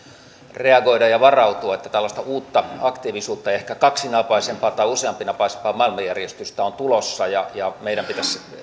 reagoida ja varautua että tällaista uutta aktiivisuutta ja ehkä kaksinapaisempaa tai useampinapaista maailmanjärjestystä on tulossa ja ja meidän pitäisi